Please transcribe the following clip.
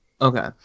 Okay